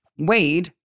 Wade